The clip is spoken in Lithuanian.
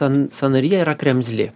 ten sąnary yra kremzlė